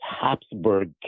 Habsburg